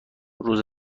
روز